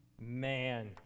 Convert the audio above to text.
Man